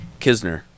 Kisner